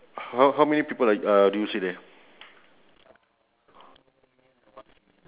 okay